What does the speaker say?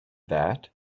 that